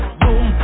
boom